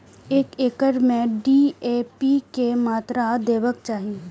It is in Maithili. एक एकड़ में डी.ए.पी के मात्रा देबाक चाही?